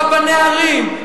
רבני ערים,